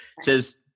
says